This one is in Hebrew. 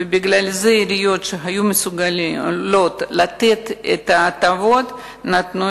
ובגלל זה עיריות שהיו מסוגלות לתת את ההטבות נתנו